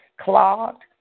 clogged